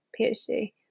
PhD